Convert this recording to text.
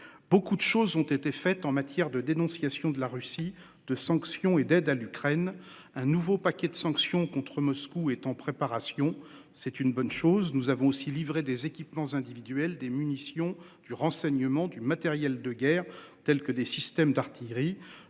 Beaucoup de choses ont été faites en matière de dénonciation de la Russie de sanctions et d'aide à l'Ukraine un nouveau paquet de sanctions contre Moscou est en préparation. C'est une bonne chose. Nous avons aussi livré des équipements individuels des munitions du renseignement du matériel de guerre tels que des systèmes d'artillerie.